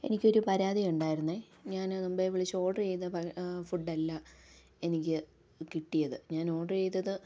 എനിക്കൊരു പരാതിയുണ്ടായിരുന്നത് ഞാൻ മുൻപേ വിളിച്ച് ഓഡർ ചെയ്തത് പ ഫുഡ്ഡല്ല എനിക്ക് കിട്ടിയത് ഞാൻ ഓഡർ ചെയ്തത്